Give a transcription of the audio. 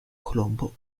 colombo